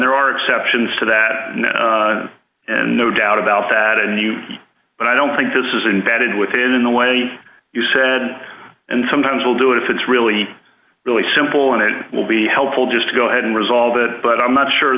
there are exceptions to that and no doubt about that and you and i don't think this is unvetted within the way you said and sometimes we'll do it if it's really really simple and it will be helpful just to go ahead and resolve it but i'm not sure